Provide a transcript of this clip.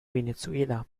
venezuela